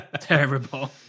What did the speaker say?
terrible